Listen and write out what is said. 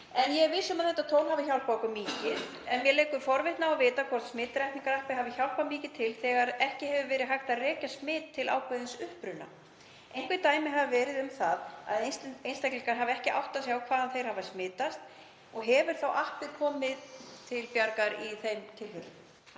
Ég er viss um að þetta tól hafi hjálpað okkur mikið en mér leikur forvitni á að vita hvort smitrakningarappið hafi hjálpað mikið til þegar ekki hefur verið hægt að rekja smit til ákveðins uppruna. Einhver dæmi hafa verið um það að einstaklingar hafi ekki áttað sig á hvar þeir hafa smitast. Hefur appið komið til bjargar í þeim tilfellum?